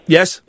Yes